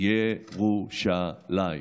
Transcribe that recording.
ירושלים.